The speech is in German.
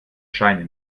scheine